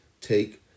take